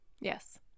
Yes